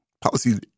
policies